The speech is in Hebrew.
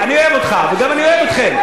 אני אוהב אותך ואני גם אוהב אתכם,